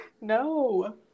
No